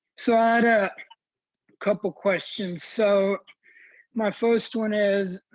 so i had a couple questions so my first one is